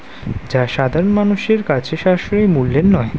যা সাধারণ মানুষের কাছে সাশ্রয়ী মূল্যের নয়